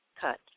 cuts